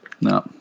No